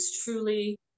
truly